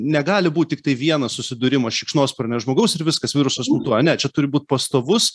negali būt tiktai vienas susidūrimas šikšnosparnio žmogaus ir viskas virusas mutuoja ne čia turi būt pastovus